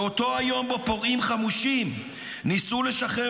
באותו היום שבו פורעים חמושים ניסו לשחרר